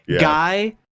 guy